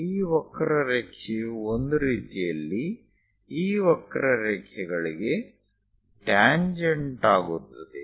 ಈ ವಕ್ರರೇಖೆಯು ಒಂದು ರೀತಿಯಲ್ಲಿ ಈ ವಕ್ರರೇಖೆಗಳಿಗೆ ಟ್ಯಾಂಜೆಂಟ್ ಆಗುತ್ತದೆ